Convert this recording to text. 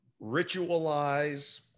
Ritualize